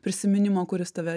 prisiminimo kuris tave